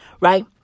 right